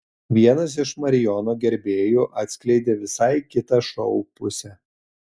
vienas iš marijono gerbėjų atskleidė visai kitą šou pusę